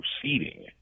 proceeding